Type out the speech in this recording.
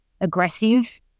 aggressive